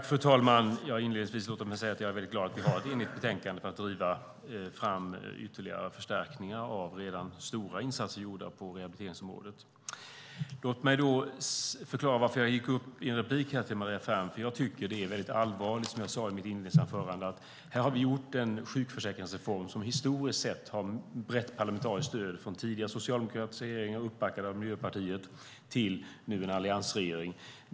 Fru talman! Inledningsvis vill jag säga att jag är väldigt glad att vi har ett enigt betänkande om att driva fram ytterligare förstärkningar av redan stora insatser gjorda på rehabiliteringsområdet. Låt mig då förklara varför jag gick upp i replik här till Maria Ferm. Som jag sade i mitt inledningsanförande har vi genomfört en sjukförsäkringsreform med ett historiskt sett brett parlamentariskt stöd, från tidigare socialdemokratiska regeringar uppbackade av Miljöpartiet till nu en alliansregering.